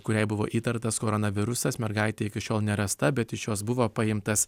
kuriai buvo įtartas koronavirusas mergaitė iki šiol nerasta bet iš jos buvo paimtas